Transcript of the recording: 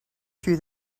threw